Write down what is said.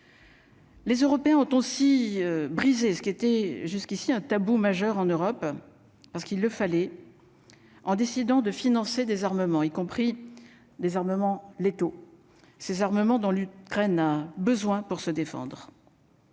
Les Européens ont aussi brisé ce qui était jusqu'ici un tabou majeur en Europe parce qu'il fallait en décidant de financer désarmement y compris armements létaux ces armements dont l'Ukraine a besoin pour se défendre.